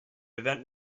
event